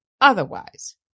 otherwise